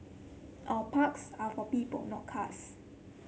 our parks are for people not cars